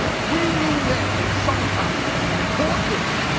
we knew then in the summertime poor kids,